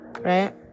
right